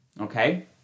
okay